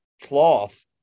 cloth